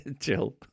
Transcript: chill